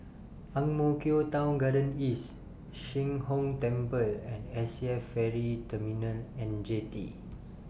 Ang Mo Kio Town Garden East Sheng Hong Temple and SAF Ferry Terminal and Jetty